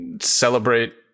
celebrate